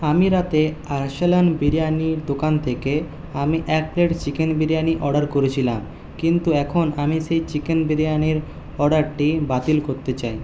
আমি রাতে আর্সালান বিরিয়ানির দোকান থেকে আমি এক প্লেট চিকেন বিরিয়ানি অর্ডার করেছিলাম কিন্তু এখন আমি সেই চিকেন বিরিয়ানির অর্ডারটি বাতিল করতে চাই